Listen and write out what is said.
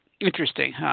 Interesting